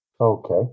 Okay